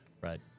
Right